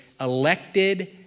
Elected